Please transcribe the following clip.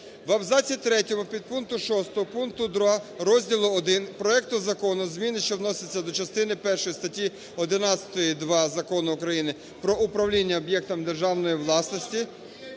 В абзаці 3 підпункту 6 пункту 2 розділу І проекту Закону зміни, що вносяться до частини першої статті 11.2 Закону України "Про управління об'єктами державної власності",